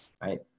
right